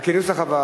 שם החוק נתקבל.